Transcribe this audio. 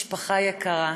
משפחה יקרה.